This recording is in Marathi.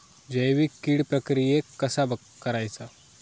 जैविक कीड प्रक्रियेक कसा करायचा?